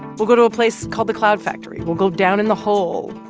we'll go to a place called the cloud factory, we'll go down in the hole.